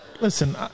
Listen